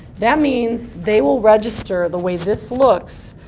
that means they will register the way this looks.